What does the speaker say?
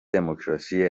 دموکراسی